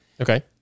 Okay